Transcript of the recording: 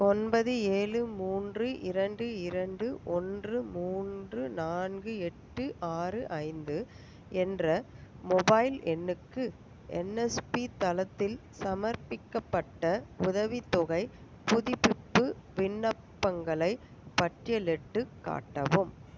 ஒன்பது ஏழு மூன்று இரண்டு இரண்டு ஒன்று மூன்று நான்கு எட்டு ஆறு ஐந்து என்ற மொபைல் எண்ணுக்கு என்எஸ்பி தளத்தில் சமர்ப்பிக்கப்பட்ட உதவித்தொகைப் புதுப்பிப்பு விண்ணப்பங்களைப் பட்டியலிட்டுக் காட்டவும்